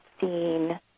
seen